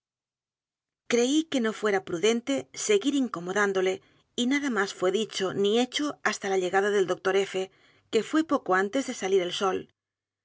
creí que no fuera prudente seguir incomodándole y nada más fué dicho ni hecho hasta la llegada del d r f que fué poco antes de salir el s